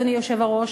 אדוני היושב-ראש,